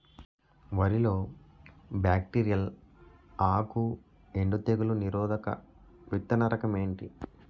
వరి లో బ్యాక్టీరియల్ ఆకు ఎండు తెగులు నిరోధక విత్తన రకం ఏంటి?